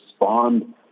respond